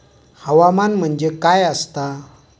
हवामान म्हणजे काय असता?